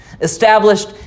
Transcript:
Established